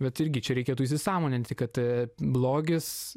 bet irgi čia reikėtų įsisąmoninti kad blogis